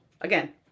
again